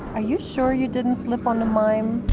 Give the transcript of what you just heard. ah you sure you didn't slip on a mime?